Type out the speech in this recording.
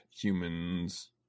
humans